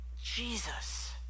Jesus